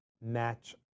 Match